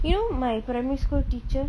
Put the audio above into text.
you know my primary school teacher